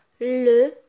le